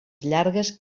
llargues